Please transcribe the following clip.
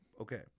okay